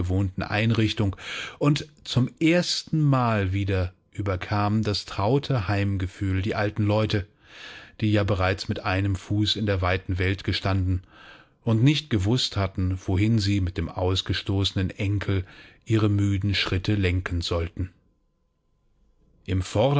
einrichtung und zum erstenmal wieder überkam das traute heimgefühl die alten leute die ja bereits mit einem fuß in der weiten welt gestanden und nicht gewußt hatten wohin sie mit dem ausgestoßenen enkel ihre müden schritte lenken sollten